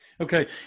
Okay